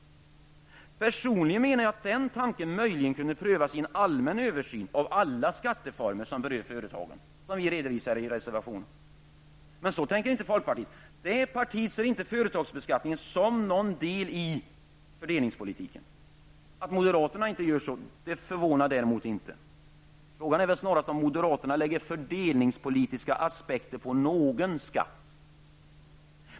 Personligen menar jag att den tanken möjligen kunde prövas i samband med en allmän översyn av alla skattereformer som berör företagen och som vi redovisar i vår reservation. Men så tänker man inte i folkpartiet. I det partiet ser man inte företagsbeskattningen som en del av fördelningspolitiken. Att moderaterna inte gör så förvånar däremot inte. Frågan är väl snarast om moderaterna anlägger fördelningspolitiska aspekter på någon skatt över huvud taget.